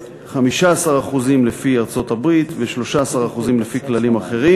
15% לפי ארצות-הברית, 13% לפי כללים אחרים.